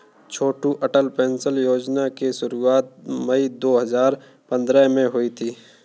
छोटू Atal pension योजना की शुरुआत मई दो हज़ार पंद्रह में हुई थी